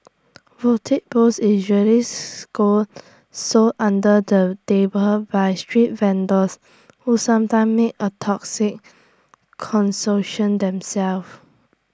bootleg booze usually scold so under the table by street vendors who sometimes make A toxic themselves